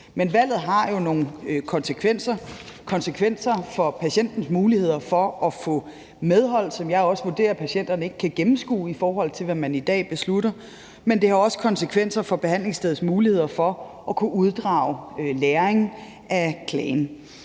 Det har konsekvenser for patienternes muligheder for at få medhold, som jeg også vurderer at patienterne ikke kan gennemskue, når de skal beslutte sig, og det har også konsekvenser for behandlingsstedets muligheder for at kunne uddrage læring af klagen.